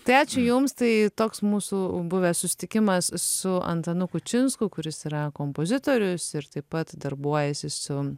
tai ačiū jums tai toks mūsų buvęs susitikimas su antanu kučinsku kuris yra kompozitorius ir taip pat darbuojasi su